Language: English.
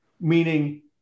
meaning